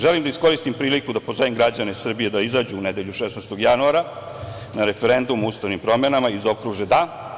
Želim da iskoristim priliku da pozovem građane Srbije da izađu u nedelju 16. januara na referendum o ustavnim promenama i zaokruže da.